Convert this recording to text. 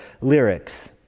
lyrics